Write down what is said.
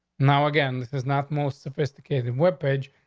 now, again, this is not most sophisticated webpage.